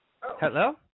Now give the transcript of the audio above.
Hello